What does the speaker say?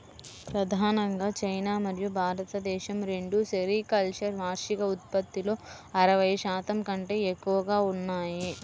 ప్రధానంగా చైనా మరియు భారతదేశం రెండూ సెరికల్చర్ వార్షిక ఉత్పత్తిలో అరవై శాతం కంటే ఎక్కువగా ఉన్నాయి